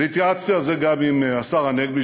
והתייעצתי על זה גם עם השר הנגבי,